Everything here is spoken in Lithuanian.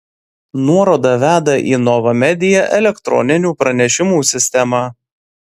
nuoroda veda į nova media elektroninių pranešimų sistemą